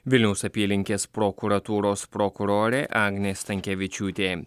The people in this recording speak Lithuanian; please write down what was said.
vilniaus apylinkės prokuratūros prokurorė agnė stankevičiūtė